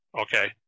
Okay